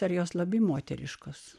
dar jos labai moteriškos